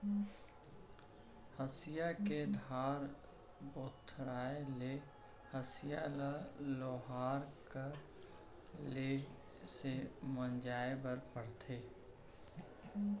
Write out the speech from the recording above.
हँसिया के धार भोथराय ले हँसिया ल लोहार करा ले से मँजवाए बर परथे